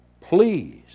Please